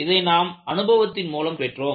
இதை நாம் அனுபவத்தின் மூலம் பெற்றோம்